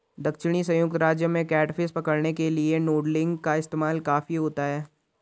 दक्षिणी संयुक्त राज्य में कैटफिश पकड़ने के लिए नूडलिंग का इस्तेमाल काफी होता है